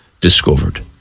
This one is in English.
discovered